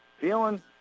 feeling